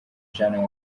journey